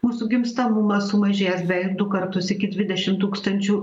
mūsų gimstamumas sumažėjęs beveik du kartus iki dvidešim tūkstančių